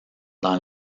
dans